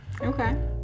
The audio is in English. Okay